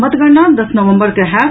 मतगणना दस नवम्बर के होयत